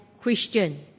Christian